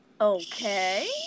Okay